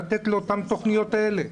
לתת לאותן תכניות אלה?